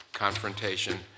confrontation